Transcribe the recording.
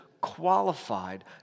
qualified